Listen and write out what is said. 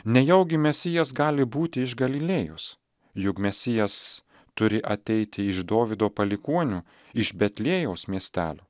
nejaugi mesijas gali būti iš galilėjos juk mesijas turi ateiti iš dovydo palikuonių iš betliejaus miestelio